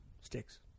sticks